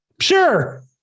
Sure